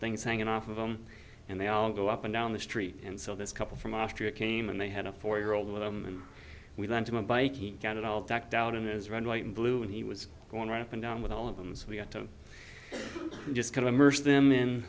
things hanging off of them and they all go up and down the street and so this couple from austria came and they had a four year old with them and we went to my biking got it all decked out in is red white and blue and he was going right up and down with all of them so we had to just can immerse them in